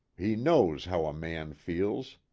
he knows how a man feels!